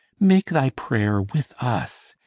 make thy prayer with us,